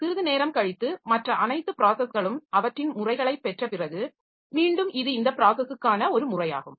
சிறிது நேரம் கழித்து மற்ற அனைத்து ப்ராஸஸ்களும் அவற்றின் முறைகளை பெற்றபிறகு மீண்டும் இது இந்த ப்ராஸஸுக்கான ஒரு முறையாகும்